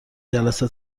جلسه